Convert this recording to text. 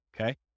Okay